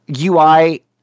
UI